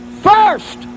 First